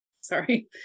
Sorry